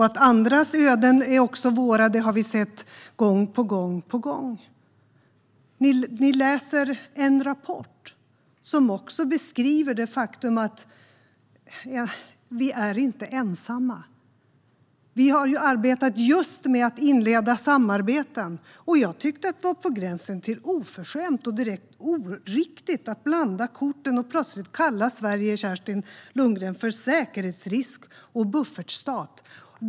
Att andras öden också är våra har vi sett gång på gång på gång. Ni läser en rapport som också beskriver det faktum att vi inte är ensamma. Vi har arbetat just med att inleda samarbeten. Jag tyckte att det var på gränsen till oförskämt och direkt oriktigt att blanda korten och plötsligt kalla Sverige, Kerstin Lundgren, för säkerhetsrisk och buffertstat.